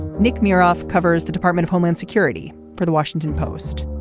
nick muir off covers the department of homeland security for the washington post.